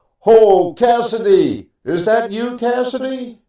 ho, cassidy! is that you, cassidy?